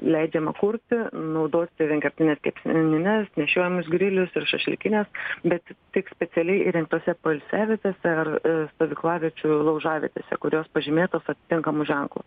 leidžiama kurti naudoti vienkartines kepsnines nešiojamus grilius ir šašlykines bet tik specialiai įrengtose poilsiavietėse ar stovyklaviečių laužavietėse kurios pažymėtos atitinkamu ženklu